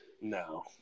No